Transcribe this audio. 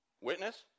Witness